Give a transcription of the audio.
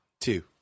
two